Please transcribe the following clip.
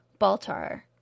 Baltar